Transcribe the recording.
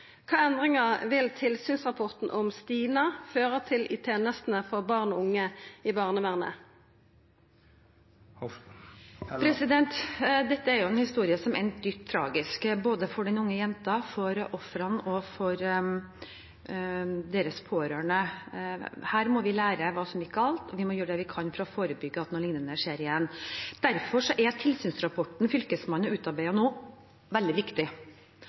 vil tilsynsrapporten om «Stina» føra til i tenestene for barn og unge i barnevernet?» Dette er jo en historie som endte dypt tragisk, både for den unge jenta, for ofrene og for deres pårørende. Her må vi lære hva som gikk galt, og vi må gjøre hva vi kan for å forebygge at noe lignende skjer igjen. Derfor er tilsynsrapporten Fylkesmannen har utarbeidet nå, veldig viktig.